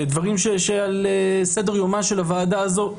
אלה דברים שעל סדר-יומה של הוועדה הזאת.